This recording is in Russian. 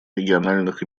региональных